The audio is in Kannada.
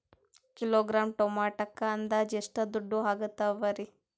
ಕಿಲೋಗ್ರಾಂ ಟೊಮೆಟೊಕ್ಕ ಅಂದಾಜ್ ಎಷ್ಟ ದುಡ್ಡ ಅಗತವರಿ?